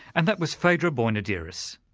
and that was phaedra boinodiris,